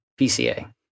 PCA